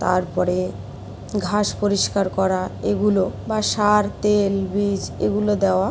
তারপরে ঘাস পরিষ্কার করা এগুলো বা সার তেল বীজ এগুলো দেওয়া